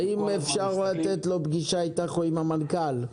האם אפשר לתת לו פגישה איתך או עם המנכ"ל?